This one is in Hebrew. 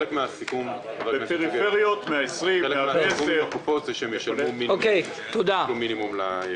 חלק מהסיכום עם הקופות שמשלמות סכום מינימום.